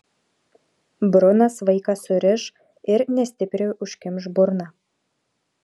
brunas vaiką suriš ir nestipriai užkimš burną